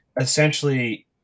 essentially